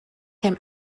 him